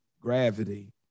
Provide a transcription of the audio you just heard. gravity